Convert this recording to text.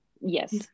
Yes